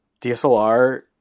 DSLR